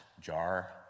jar